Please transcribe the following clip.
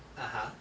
(uh huh)